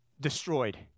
destroyed